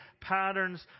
patterns